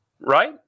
right